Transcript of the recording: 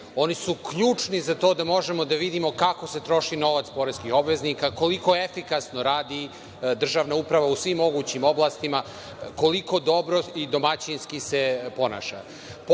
oni su ključni za to da možemo da vidimo kako se troši novac poreskih obveznika, koliko efikasno radi državna uprava u svim mogućim oblastima, koliko dobro i domaćinski se